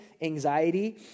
anxiety